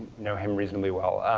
know him reasonably well.